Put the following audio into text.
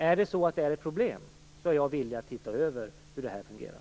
Om det är så att det här är ett problem är jag villig att titta över hur det fungerar.